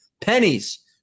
pennies